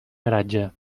garatge